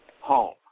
home